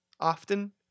often